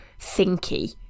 thinky